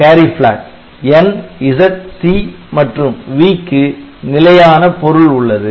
N Z C மற்றும் V க்கு நிலையான பொருள் உள்ளது